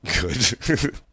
Good